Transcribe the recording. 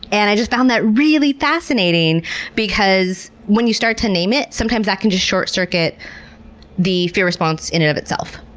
and i just found that really fascinating because when you start to name it, sometimes that can just short-circuit the fear response in and of itself.